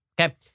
okay